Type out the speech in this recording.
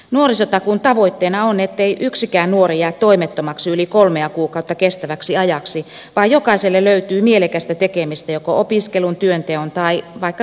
nuorisotakuun tavoitteena on ettei yksikään nuori jää toimettomaksi yli kolmea kuukautta kestäväksi ajaksi vaan jokaiselle löytyy mielekästä tekemistä joko opiskelun työnteon tai vaikka työpajatoiminnan kautta